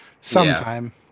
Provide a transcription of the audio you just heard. sometime